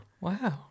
wow